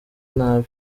nabi